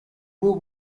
will